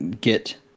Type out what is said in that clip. get